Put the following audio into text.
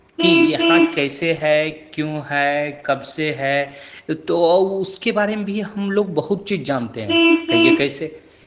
कि यहाँ कैसे है क्यों है कबसे है तो उसके बारे में भी हमलोग बहुत चीज़ जानते हैं कहिए कैसे